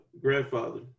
grandfather